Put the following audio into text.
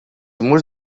murs